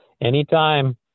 Anytime